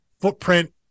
footprint